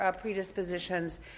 predispositions